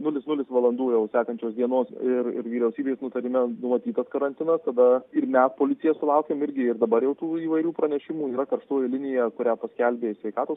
nulis nulis valandų jau sekančios dienos ir ir vyriausybės nutarime numatytas karantinas tada ir mes policija sulaukėm irgi ir dabar jau tų įvairių pranešimų yra karštoji linija kurią paskelbė sveikatos